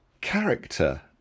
character